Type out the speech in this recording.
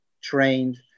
trained